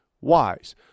wise